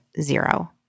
zero